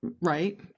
right